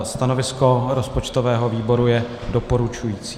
Stanovisko rozpočtového výboru je doporučující.